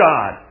God